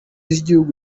z’igihugu